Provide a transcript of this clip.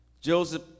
Joseph